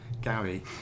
Gary